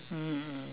mmhmm mm